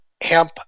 hemp